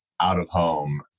out-of-home